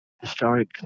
historic